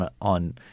on –